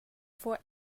for